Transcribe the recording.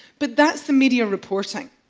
but that's the media reporting.